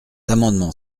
amendement